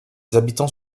habitants